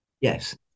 Yes